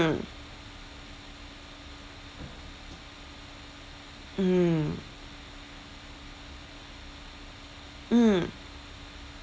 mm mm